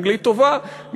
אנגלית טובה,